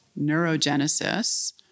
neurogenesis